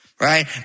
right